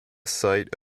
site